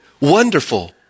wonderful